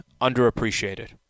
underappreciated